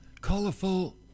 colorful